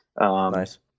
Nice